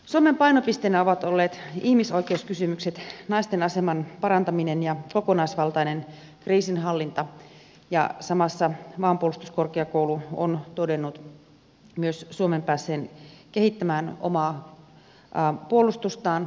suomen painopisteinä ovat olleet ihmisoikeuskysymykset naisten aseman parantaminen ja kokonaisvaltainen kriisinhallinta ja samassa maanpuolustuskorkeakoulu on todennut myös suomen päässeen kehittämään omaa puolustustaan